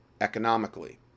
economically